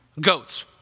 goats